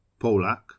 polak